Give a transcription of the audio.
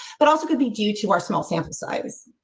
but also could be due to our small sample size.